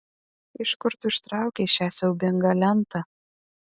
iš kur tu ištraukei šią siaubingą lentą